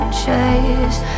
chase